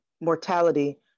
mortality